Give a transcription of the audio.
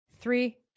three